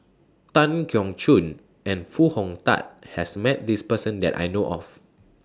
Tan Keong Choon and Foo Hong Tatt has Met This Person that I know of